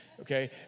okay